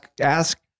ask